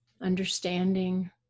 Understanding